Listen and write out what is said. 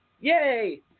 yay